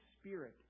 Spirit